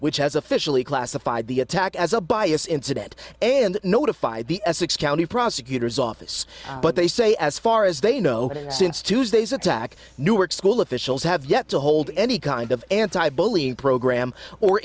which has officially classified the attack as a bias incident and notify the essex county prosecutor's office but they say as far as they know since tuesday's attack newark school officials have yet to hold any kind of anti bullied program or